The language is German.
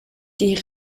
die